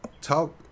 talk